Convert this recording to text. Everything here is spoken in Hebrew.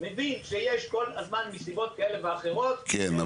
מבין שיש כול הזמן נסיבות כאלה ואחרות -- כן,